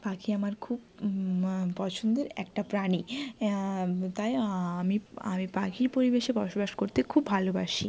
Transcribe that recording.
পাখি আমার খুব পছন্দের একটা প্রাণী তাই আমি পাখির পরিবেশে বসবাস করতে খুব ভালোবাসি